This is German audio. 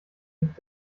hit